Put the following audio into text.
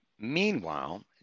Meanwhile